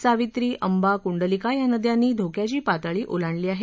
सावित्री अंबा कुंडलिका या नद्यांनी धोक्याची पातळी ओलांडली आहे